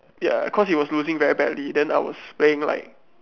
ya cause he was losing very badly then I was playing like